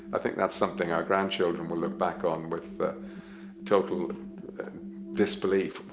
i think that's something our grandchildren will look back on with total disbelief.